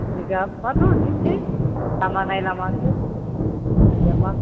रिजार्भआथ' बिदिनोसै लामा नायै लामासो रिजार्भआ